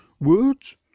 words